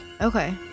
Okay